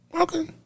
Okay